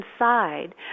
inside